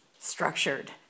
structured